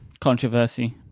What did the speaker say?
Controversy